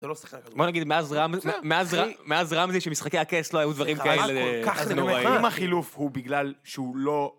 בוא נגיד מאז רמזי שמשחקי הקאסט לא היו דברים כאלה נוראיים אם החילוף הוא בגלל שהוא לא